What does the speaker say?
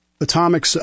Atomic